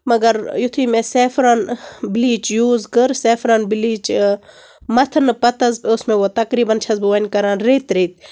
مگر یِتھُے مےٚ سٮ۪فران بِلیٖچ یوٗز کٔر سٮ۪فران بِلیٖچ ٲ مَتھنہٕ پَتہٕ حظ اوس مےٚ وٕ تقریٖبَن چھَس بہٕ وٕنۍ کران ریٚتۍ ریٚتۍ